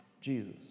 Jesus